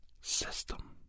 system